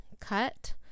cut